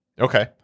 Okay